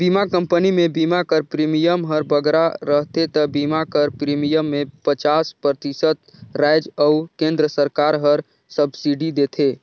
बीमा कंपनी में बीमा कर प्रीमियम हर बगरा रहथे ता बीमा कर प्रीमियम में पचास परतिसत राएज अउ केन्द्र सरकार हर सब्सिडी देथे